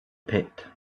pit